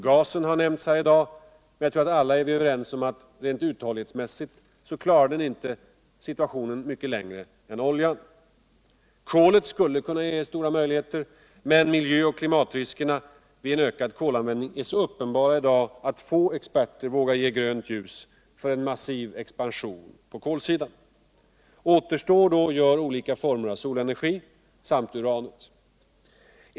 Gasen har nämnts här I dag, men tag tror att vi alla är överens om att rent uthållighetsmässigt klarar den inte situationen mycket längre än oljan. Kolet skulle kunna ge stora möjligheter, men miljö och klimatriskerna vid en ökad kolanvändning är så uppenbara I dag att få experter vågar ge grönt ljus för en massiv expansion på kolsidan. Återstår gör olika former av solenergi samt uranet.